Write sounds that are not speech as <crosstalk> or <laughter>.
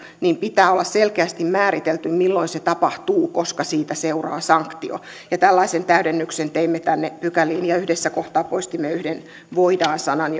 pitää olla selkeästi määritelty milloin se tapahtuu koska siitä seuraa sanktio tällaisen täydennyksen teimme tänne pykäliin ja yhdessä kohtaa poistimme yhden voidaan sanan <unintelligible>